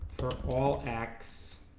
for all x,